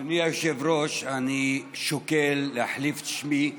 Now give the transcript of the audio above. אדוני היושב-ראש, אני שוקל להחליף את שמי לאיוב,